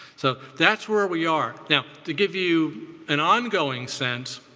so that's where we are. now to give you an ongoing sense,